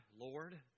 Lord